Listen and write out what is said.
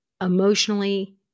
emotionally